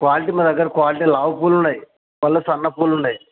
quality మా దగ్గర quality లావు పూలు ఉన్నయి మళ్ళీ సన్న పూలు ఉన్నయి